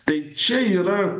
tai čia yra